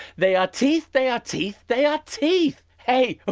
they are teeth. they are teeth. they are teeth. hey, ah